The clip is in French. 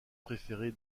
préférée